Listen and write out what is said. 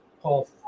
Paul